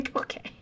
okay